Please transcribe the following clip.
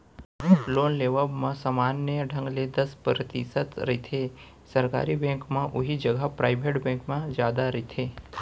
loan लेवब म समान्य ढंग ले दस परतिसत रहिथे सरकारी बेंक म उहीं जघा पराइबेट बेंक म जादा रहिथे